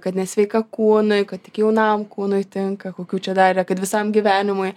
kad nesveika kūnui kad tik jaunam kūnui tinka kokių čia dar yra kad visam gyvenimui